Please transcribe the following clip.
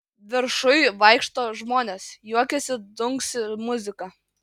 viršuj vaikšto žmonės juokiasi dunksi muzika